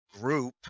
group